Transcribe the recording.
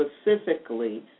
specifically